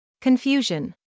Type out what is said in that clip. confusion